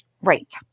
right